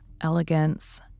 Elegance